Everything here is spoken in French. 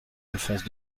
alphonse